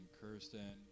Kirsten